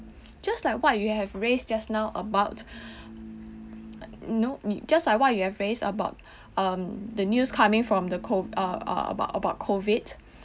just like what you have raised just now about no~ just like why you have raised about um the news coming from the co~ uh about about COVID